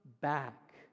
back